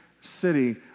city